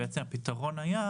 הפתרון היה,